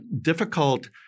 difficult